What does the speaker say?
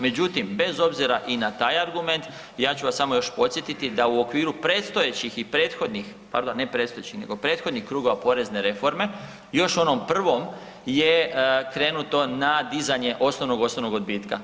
Međutim, bez obzira i na taj argument, ja ću vas samo još podsjetiti da u okviru predstojećih i prethodnih, pardon, ne predstojećih, nego prethodnih kruga porezne reforme, još onom prvom je krenuto na dizanje osnovnog osobnog odbitka.